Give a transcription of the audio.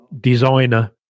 designer